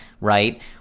right